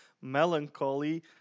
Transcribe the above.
melancholy